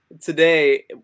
today